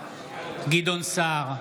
גדעון סער,